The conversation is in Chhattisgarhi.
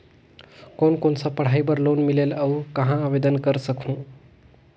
कोन कोन सा पढ़ाई बर लोन मिलेल और कहाँ आवेदन कर सकहुं?